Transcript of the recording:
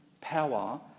power